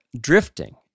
drifting